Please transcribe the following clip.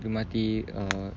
dia mati uh